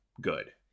good